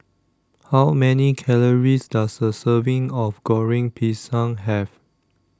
How Many Calories Does A Serving of Goreng Pisang Have